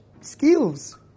skills